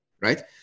right